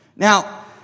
Now